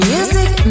Music